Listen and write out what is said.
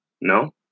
No